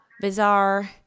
bizarre